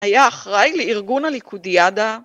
היה אחראי לארגון הליכודיאדה.